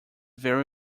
very